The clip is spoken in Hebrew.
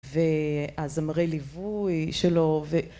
והזמרי ליווי שלו ו...